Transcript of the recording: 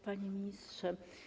Panie Ministrze!